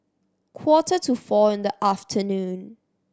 quarter to four in the afternoon